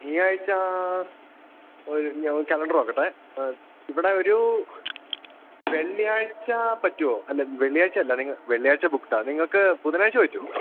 ഈയാഴ്ച ഒരു ഇല്ല കലണ്ടര് നോക്കട്ടെ ആ ഇവിടെയൊരു വെള്ളിയാഴ്ച പറ്റുമോ അല്ല വെള്ളിയാഴ്ചയല്ല വെള്ളിയാഴ്ച ബുക്ക്ഡാണ് നിങ്ങള്ക്ക് ബുധനാഴ്ച പറ്റുമോ